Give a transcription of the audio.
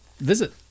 Visit